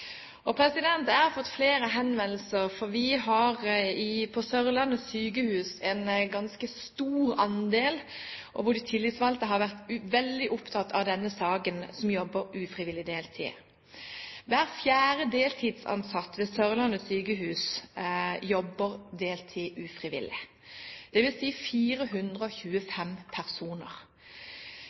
Jeg har fått flere henvendelser, for på Sørlandet sykehus er det en ganske stor andel som jobber ufrivillig deltid, og de tillitsvalgte har vært veldig opptatt av denne saken. Hver fjerde deltidsansatt ved Sørlandet sykehus jobber deltid ufrivillig, dvs. 425 personer.